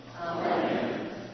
Amen